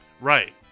Right